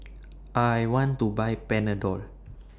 I want to Buy Panadol